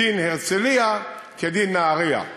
דין הרצליה כדין נהריה.